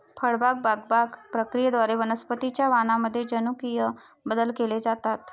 फळबाग बागकाम प्रक्रियेद्वारे वनस्पतीं च्या वाणांमध्ये जनुकीय बदल केले जातात